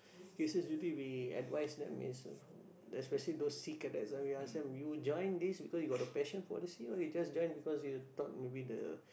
cases usually we advise them is especially those sea cadets ah we ask them you join this because you got the passion for the sea or you just join because you thought maybe the